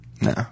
No